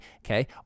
okay